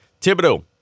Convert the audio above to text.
Thibodeau